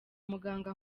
muganga